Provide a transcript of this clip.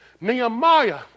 Nehemiah